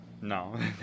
No